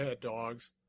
Dogs